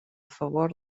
favor